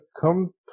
come